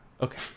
Okay